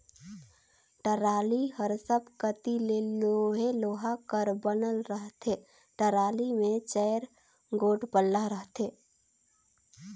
trolley हर सब कती ले लोहे लोहा कर बनल रहथे, टराली मे चाएर गोट पल्ला रहथे